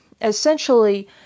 essentially